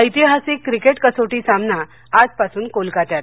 ऐतिहासिक क्रिकेट कसोटी सामना आजपासून कोलकात्यात